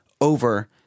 over